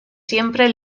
siempre